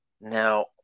now